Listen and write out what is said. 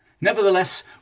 Nevertheless